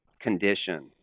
condition